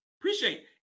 Appreciate